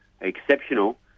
exceptional